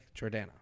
Jordana